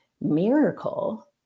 miracle